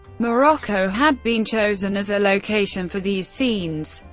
morocco had been chosen as a location for these scenes,